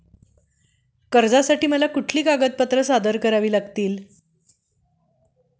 कर्जासाठी मला कुठली कागदपत्रे सादर करावी लागतील?